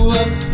up